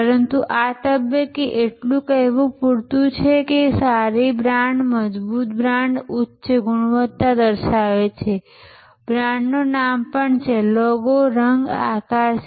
પરંતુ આ તબક્કે એટલું કહેવું પૂરતું છે કે સારી બ્રાન્ડ મજબૂત બ્રાન્ડ ઉચ્ચ ગુણવત્તા દર્શાવે છે બ્રાન્ડનું નામ પણ છે લોગો રંગ આકાર છે